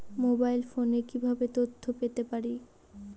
Mobile ফোনে কিভাবে তথ্য পেতে পারি?